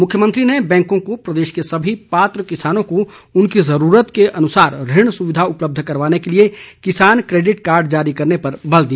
मुख्यमंत्री ने बैंको को प्रदेश के सभी पात्र किसानों को उनकी जरूरत के अनुसार ऋण सुविधा उपलब्ध करवाने के लिए किसान केडिट कार्ड जारी करने पर बल दिया